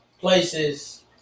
places